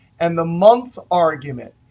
and the month's argument.